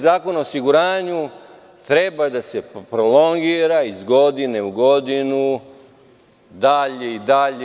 Zakona o osiguranju treba da se prolongira iz godine u godinu, dalje i dalje?